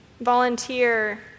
volunteer